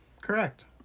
Correct